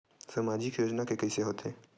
सामाजिक योजना के कइसे होथे?